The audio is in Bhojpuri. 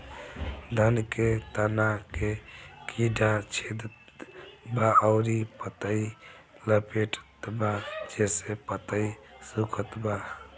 धान के तना के कीड़ा छेदत बा अउर पतई लपेटतबा जेसे पतई सूखत बा?